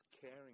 caring